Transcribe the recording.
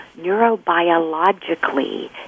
neurobiologically